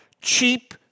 cheap